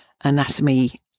anatomy